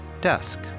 Dusk